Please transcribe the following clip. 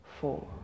four